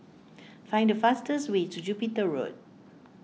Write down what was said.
find the fastest way to Jupiter Road